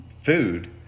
food